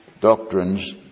doctrines